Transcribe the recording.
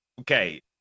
okay